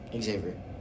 Xavier